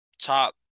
top